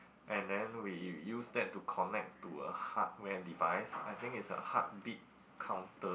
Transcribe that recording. and then we use that to connect to a hardware device I think it's a heartbeat counter